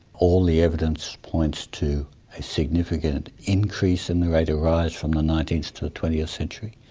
all the evidence points to a significant increase in the rate of rise from the nineteenth to the twentieth century.